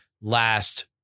last